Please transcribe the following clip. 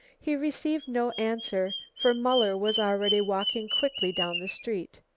he received no answer, for muller was already walking quickly down the street.